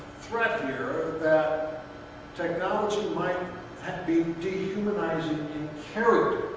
threat here that technology might be dehumanizing in character.